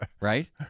right